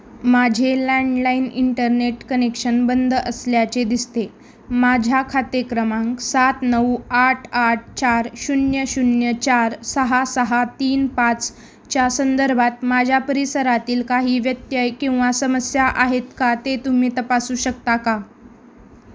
माझे landline internet connection बंद असल्याचे दिसते माझ्या खाते क्रमांक सात नऊ आठ आठ चार शून्य शून्य चार सहा सहा तीन पाचच्या संदर्भात माझ्या परिसरातील काही व्यत्यय किंवा समस्या आहेत का ते तुम्ही तपासू शकता का